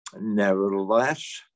Nevertheless